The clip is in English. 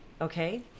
okay